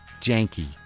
janky